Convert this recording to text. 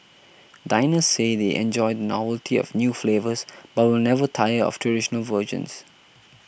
diners say they enjoy the novelty of new flavours but will never tire of traditional versions